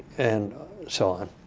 and so on.